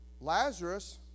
Lazarus